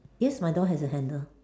yes my door has a handle